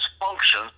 function